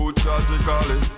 tragically